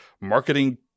marketing